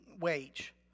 wage